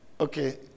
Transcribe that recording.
Okay